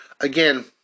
again